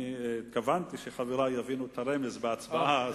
אני התכוונתי שחברי יבינו את הרמז בהצבעה.